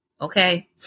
Okay